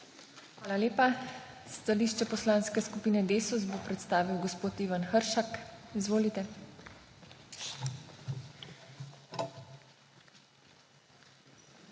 Hvala lepa. Stališče Poslanske skupine Desus bo predstavil gospod Ivan Hršak. Izvolite. **IVAN